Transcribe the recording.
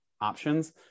options